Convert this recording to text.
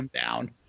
down